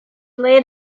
laid